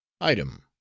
Item